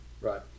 Right